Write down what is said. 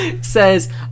Says